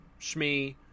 Shmi